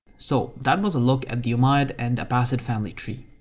so, that was a look at the umayyad and abbasid family tree.